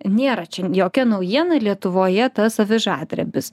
nėra čia jokia naujiena lietuvoje tas avižadrebis